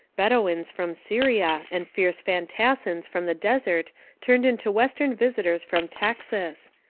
bedouins from syria and fierce fantassins from the desert turned into western visitors from texas,